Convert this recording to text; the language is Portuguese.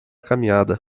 caminhada